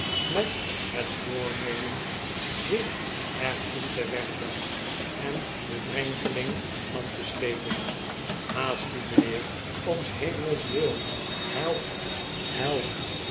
met het voornemen zich er in te werpen en den drenkeling aan land te sleepen haast u mijnheer om s hemels will help help